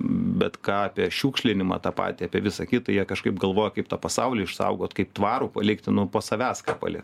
bet ką apie šiukšlinimą tą patį apie visą kitą jie kažkaip galvoja kaip tą pasaulį išsaugot kaip tvarų palikti nu po savęs ką pali